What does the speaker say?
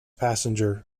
passenger